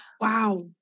Wow